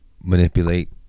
manipulate